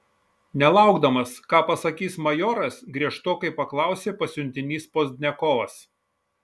nelaukdamas ką pasakys majoras griežtokai paklausė pasiuntinys pozdniakovas